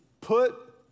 Put